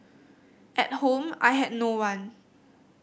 at home I had no one